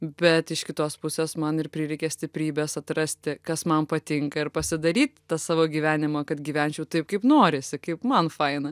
bet iš kitos pusės man ir prireikė stiprybės atrasti kas man patinka ir pasidaryt tą savo gyvenimą kad gyvenčiau taip kaip norisi kaip man faina